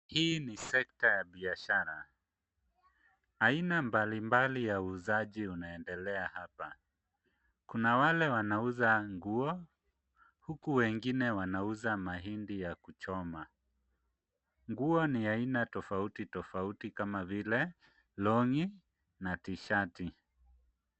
Hii ni sekta ya biashara. Aina mbalimbali ya uuzaji unaendelea hapa. Kuna wale wanauza nguo huku wengine wanauza mahindi ya kuchoma. Nguo ni aina tofauti tofauti kama vile long'i na tsheti.